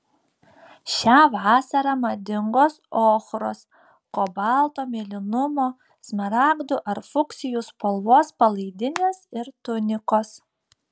šią vasarą madingos ochros kobalto mėlynumo smaragdų ar fuksijų spalvos palaidinės ir tunikos